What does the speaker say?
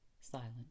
silent